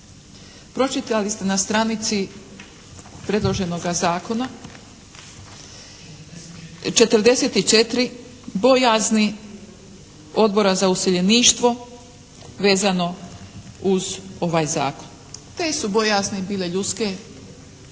Pročitali ste na stranici predloženoga zakona 44, bojazni Odbora za useljeništvo vezano uz ovaj zakon. Te su bojazni bile ljudske i